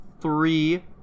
three